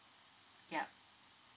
ya